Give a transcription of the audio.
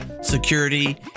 security